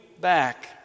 back